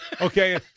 Okay